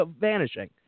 vanishing